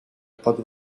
под